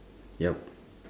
yup